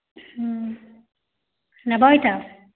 ନେବ ଏଇଟା